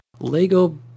Lego